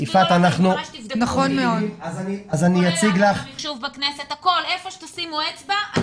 איפה שתשימו אצבע,